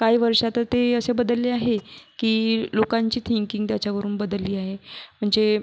काही वर्षात ते असे बदलले आहे की लोकांची थिंकिंग त्याच्यावरून बदलली आहे म्हणजे